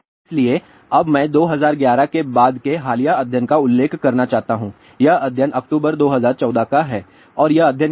इसलिए अब मैं २०११ के बाद के हालिया अध्ययन का उल्लेख करना चाहता हूं यह अध्ययन अक्टूबर 2014 का है और यह अध्ययन क्या है